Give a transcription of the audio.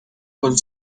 con